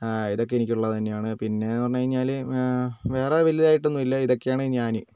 ഇതൊക്കെ എനിക്കുള്ളത് തന്നെയാണ് പിന്നെയെന്ന് പറഞ്ഞുകഴിഞ്ഞാൽ വേറെ വലുതായിട്ടൊന്നുമില്ല ഇതൊക്കെയാണ് ഞാൻ